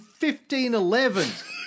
1511